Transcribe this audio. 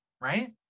right